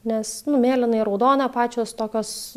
nes nu mėlyna ir raudona pačios tokios